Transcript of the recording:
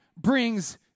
brings